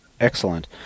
Excellent